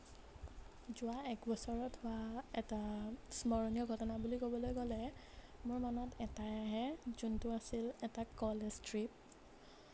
যোৱা একবছৰত হোৱা এটা স্মৰণীয় ঘটনা বুলি ক'বলৈ হ'লে মোৰ মনত এটাই আহে যোনটো আছিল এটা কলেজ ট্ৰিপ